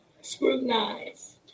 scrutinized